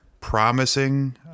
promising